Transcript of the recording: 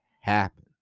happen